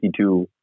52